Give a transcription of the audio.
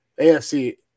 AFC